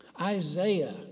Isaiah